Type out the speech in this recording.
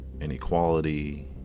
inequality